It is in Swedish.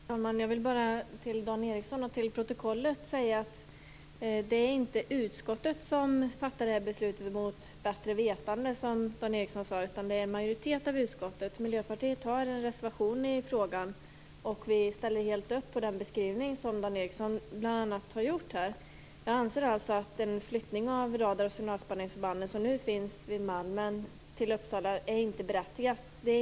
Fru talman! Jag vill bara till Dan Ericsson och till protokollet säga att det inte är utskottet som fattar det här beslutet mot bättre vetande, som Dan Ericsson sade, utan det är en majoritet av utskottet. Miljöpartiet har en reservation i frågan, och vi ställer helt upp på den beskrivning som bl.a. Dan Ericsson har gjort här. Vi anser alltså att en flyttning av de radar och signalspaningsförband som nu finns vid Malmen till Uppsala inte är berättigad.